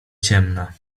ciemna